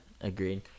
agreed